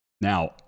Now